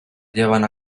llevan